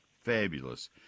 fabulous